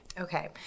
Okay